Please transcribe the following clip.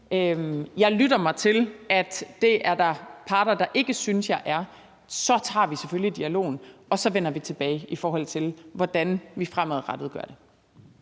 Jeg lytter mig til, at det er der parter der ikke synes at jeg er. Så tager vi selvfølgelig dialogen, og så vender vi tilbage, i forhold til hvordan vi fremadrettet gør det.